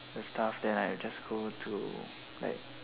the stuff then I just go to like